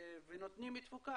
ונותנים תפוקה,